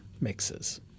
mixes